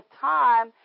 time